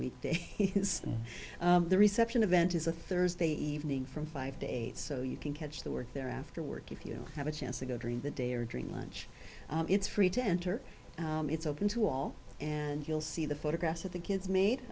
week the reception event is a thursday evening from five to eight so you can catch the work there after work if you have a chance to go during the day or during lunch it's free to enter it's open to all and you'll see the photographs of the kids